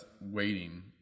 waiting